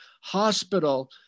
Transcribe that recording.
hospital